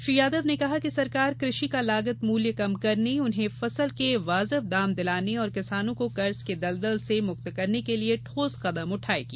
श्री यादव ने कहा कि सरकार कृषि का लागत मूल्य कम करने उन्हें फसल के वाजिब दाम दिलाने और किसानों को कर्ज के दलदल से मुक्त करने के लिये ठोस कदम उठाएगी